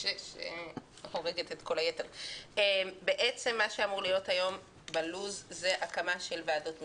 6. מה שאמור להיות היום בלוח הזמנים זה הקמה של ועדות משנה,